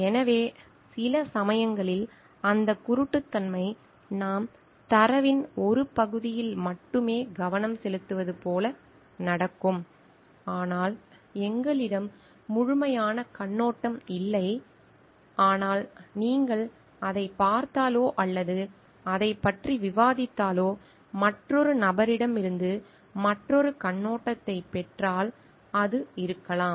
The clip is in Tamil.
எனவே சில சமயங்களில் அந்த குருட்டுத்தன்மை நாம் தரவின் ஒரு பகுதியில் மட்டுமே கவனம் செலுத்துவது போல நடக்கும் ஆனால் எங்களிடம் முழுமையான கண்ணோட்டம் இல்லை ஆனால் நீங்கள் அதைப் பார்த்தாலோ அல்லது அதைப் பற்றி விவாதித்தாலோ மற்றொரு நபரிடமிருந்து மற்றொரு கண்ணோட்டத்தைப் பெற்றால் அது இருக்கலாம்